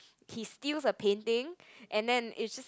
he steals a painting and then it just